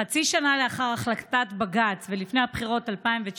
חצי שנה לאחר החלטת בג"ץ ולפני בחירות 2019,